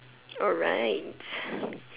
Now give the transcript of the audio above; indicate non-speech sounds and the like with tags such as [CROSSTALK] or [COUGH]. alright [BREATH]